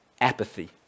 apathy